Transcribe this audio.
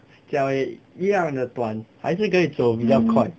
脚也一样的短还是可以走比较快